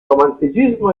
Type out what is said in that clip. romanticismo